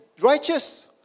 righteous